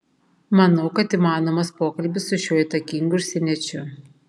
manau kad įmanomas pokalbis su šiuo įtakingu užsieniečiu